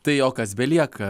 tai jog kas belieka